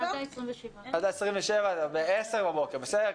אז עד 27 בספטמבר בעשר בבוקר, בסדר?